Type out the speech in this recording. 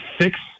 six